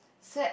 sad